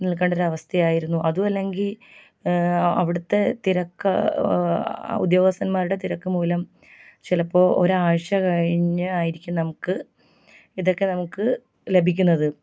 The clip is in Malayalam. നിൽക്കേണ്ടൊരു അവസ്ഥയായിരുന്നു അതുമല്ലെങ്കിൽ അവിടുത്തെ തിരക്ക് ഉദ്യോഗസ്ഥന്മാരുടെ തിരക്ക് മൂലം ചിലപ്പോൾ ഒരാഴ്ച കഴിഞ്ഞ് ആയിരിക്കും നമുക്ക് ഇതൊക്കെ നമുക്ക് ലഭിക്കുന്നത്